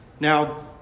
Now